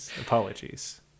apologies